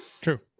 True